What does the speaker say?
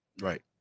Right